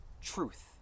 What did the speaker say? truth